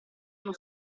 uno